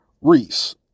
Reese